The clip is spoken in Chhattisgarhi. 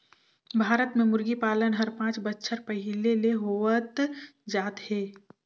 भारत में मुरगी पालन हर पांच बच्छर पहिले ले होवत आत हे